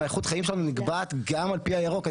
איכות החיים שלנו נקבעת גם על פי הירוק.